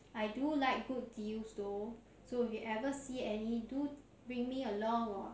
I do like good deals though so if you ever see any do bring me along hor